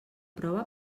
prova